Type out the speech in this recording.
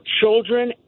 children